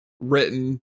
written